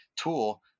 tool